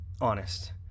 Honest